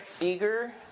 eager